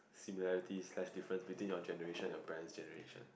similarities plus difference between your generation and your parents generation